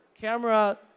camera